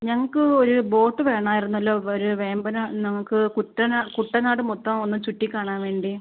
ഞങ്ങൾക്ക് ഒരു ബോട്ട് വേണമായിരുന്നല്ലോ ഒരു വേമ്പനാട് നമുക്ക് കുട്ടനാട് കുട്ടനാട് മൊത്തം ഒന്ന് ചുറ്റി കാണാൻ വേണ്ടി